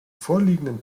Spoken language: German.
vorliegenden